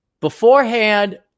Beforehand